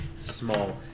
small